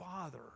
father